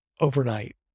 overnight